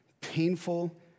painful